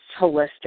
holistic